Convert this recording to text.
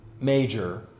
major